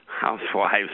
Housewives